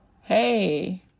hey